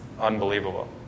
unbelievable